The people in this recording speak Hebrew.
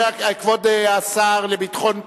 כבוד השר לביטחון פנים,